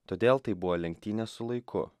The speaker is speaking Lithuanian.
todėl tai buvo lenktynės su laiku